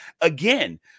again